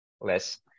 less